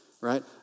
right